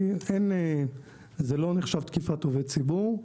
כי זה לא נחשב תקיפת עובד ציבור.